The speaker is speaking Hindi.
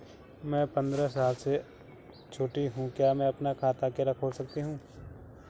मैं पंद्रह साल से छोटी हूँ क्या मैं अपना खाता अकेला खोल सकती हूँ?